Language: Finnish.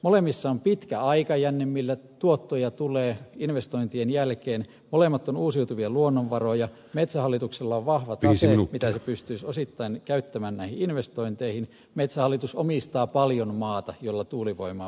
molemmissa on pitkä aikajänne millä tuottoja tulee investointien jälkeen molemmat ovat uusiutuvia luonnonvaroja metsähallituksella on vahva tase mitä se pystyisi osittain käyttämään näihin investointeihin metsähallitus omistaa paljon maata jolla tuulivoimaa voidaan tehdä